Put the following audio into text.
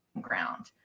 ground